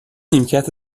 نیمکت